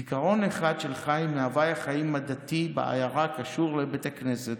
זיכרון אחד של חיים מהווי החיים הדתי בעיירה קשור לבית הכנסת.